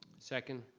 second?